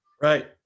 right